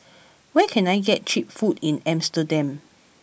where can I get cheap food in Amsterdam